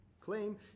claim